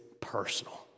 personal